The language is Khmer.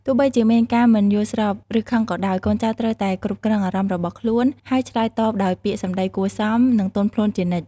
ទោះបីជាមានការមិនយល់ស្រប ឬខឹងក៏ដោយ កូនចៅត្រូវតែ គ្រប់គ្រងអារម្មណ៍ របស់ខ្លួន ហើយ ឆ្លើយតបដោយពាក្យសំដីគួរសម និងទន់ភ្លន់ជានិច្ច។